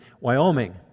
Wyoming